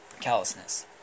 callousness